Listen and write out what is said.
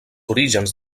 orígens